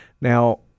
Now